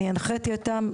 אני הנחיתי אותם,